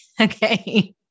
okay